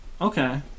Okay